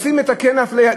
רוצים לתקן אפליה,